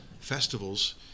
festivals